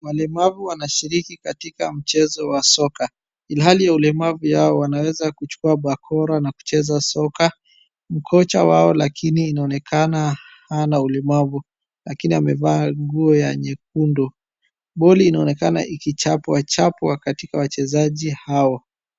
Walemavu wanashiriki katika mchezo wa soka. Ilhali ya ulemavu yao wanaweza kuchukua bakora na kucheza soka, kocha wao lakini anaonekana hana ulemavu lakini amevaa nguo ya nyekundu. Boli inaonekana ikichapwachapwa katika wachezaji hao.